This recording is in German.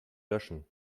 löschen